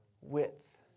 width